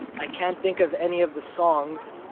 i can't think of any of the songs.